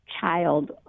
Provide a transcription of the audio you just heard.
child